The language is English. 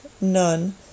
none